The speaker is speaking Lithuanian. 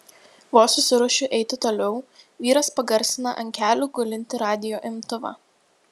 vos susiruošiu eiti toliau vyras pagarsina ant kelių gulintį radijo imtuvą